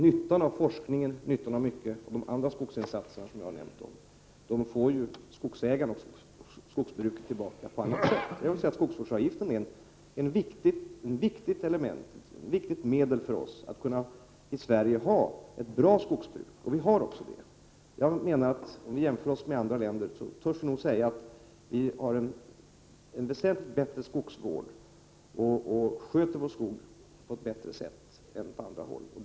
Nyttan av forskningen och de andra skogsinsatserna kommer ju skogsägarna och skogsbruket till godo på annat sätt. Jag vill säga att skogsvårdsavgiften är ett viktigt medel för oss i Sverige att kunna ha ett bra skogsbruk. Vi har också det. Om vi jämför oss med andra länder törs vi säga att vi har en väsentligt bättre skogsvård och sköter vår skog på ett bättre sätt än man gör på andra håll.